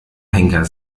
henker